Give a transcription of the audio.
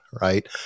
right